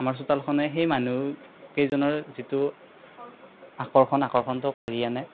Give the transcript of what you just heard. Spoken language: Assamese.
আমাৰ চোতালখনে সেই মানুহকেইজনৰ যিটো আকৰ্ষণ আকৰ্ষণটো কাঢ়ি আনে